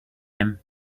him